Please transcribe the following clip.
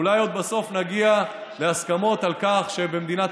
אולי בסוף עוד נגיע להסכמות על כך שבמדינת